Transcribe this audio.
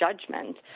judgment